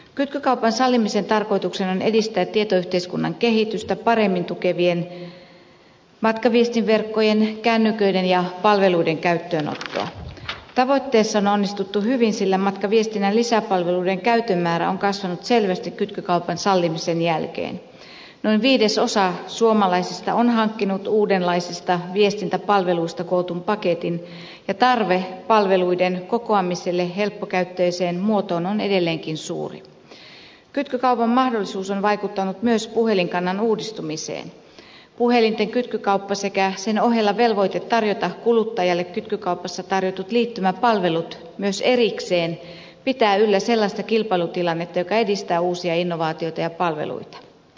kytkykaupan sallimisen tarkoituksena on edistää tietoyhteiskunnan kehitystä paremmin tukevien matkaviestinverkkojen kännyköiden ja palveluiden käyttöönottoa tavoitteissaan onnistuttu hyvin sillä matkaviestinnän lisäpalveluiden käytön määrä on kasvanut selvästi kytkykaupan sallimisen jälkeen noin viidesosaan suomalaisista on hankkinut uudenlaisista viestintäpalveluista kootun paketin ja tarve palveluiden kokoamiselle helppokäyttöiseen muotoon on edelleenkin suuri kytkykaupan mahdollisuus on vaikuttanut myös puhelinkannan uudistumiseen puhelinten kytkykauppa sekä sen ohella velvoite tarjota kuluttajalle kytkykaupassa tarjotut ollut myös erikseen pitää yllä sellaista kilpailutilannetta joka edistää uusia innovaatioita ja palveluita